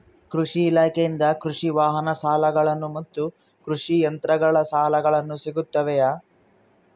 ಕೃಷಿ ಇಲಾಖೆಯಿಂದ ಕೃಷಿ ವಾಹನ ಸಾಲಗಳು ಮತ್ತು ಕೃಷಿ ಯಂತ್ರಗಳ ಸಾಲಗಳು ಸಿಗುತ್ತವೆಯೆ?